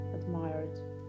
admired